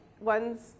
ones